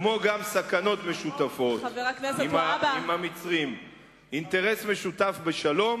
כמו גם סכנות משותפות: אינטרס משותף בשלום